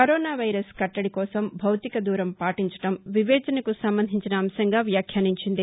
corona virus కట్లడి కోసం భౌతిక దూరం పాటించడం వివేచనకు సంబంధించిన అంశంగా వ్యాఖ్యానించింది